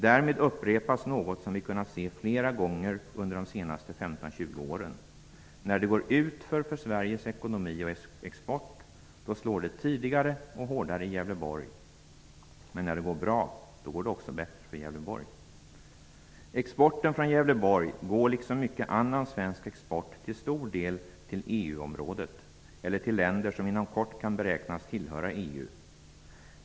Därmed upprepas något som vi kunnat se flera gånger under de senaste 15--20 åren. När det går utför för Sveriges ekonomi och export, då slår det tidigare och hårdare i Gävleborg. Men när det går bra, då går det också bättre för Gävleborg. Exporten från Gävleborg går liksom mycken annan svensk export till stor del till EU-området eller till länder som inom kort kan beräknas tillhöra EU.